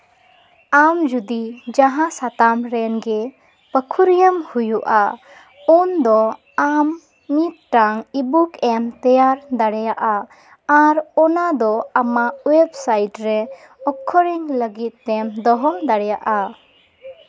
ᱟᱢ ᱡᱩᱫᱤ ᱡᱟᱦᱟᱸ ᱥᱟᱛᱟᱢ ᱨᱮᱱ ᱜᱮ ᱜᱟᱹᱠᱷᱩᱲᱤᱭᱟᱹᱢ ᱦᱩᱭᱩᱜᱼᱟ ᱩᱱᱫᱚ ᱟᱢ ᱢᱤᱫᱴᱟᱝ ᱤᱼᱵᱩᱠ ᱮᱢ ᱛᱮᱭᱟᱨ ᱫᱟᱲᱮᱭᱟᱜᱼᱟ ᱟᱨ ᱚᱱᱟᱫᱚ ᱟᱢᱟᱜ ᱳᱭᱮᱵᱟᱭᱤᱴ ᱨᱮ ᱚᱠᱠᱷᱚᱭᱤᱱ ᱞᱟᱹᱜᱤᱫ ᱛᱮᱢ ᱫᱚᱦᱚ ᱫᱟᱲᱮᱭᱟᱜᱼᱟ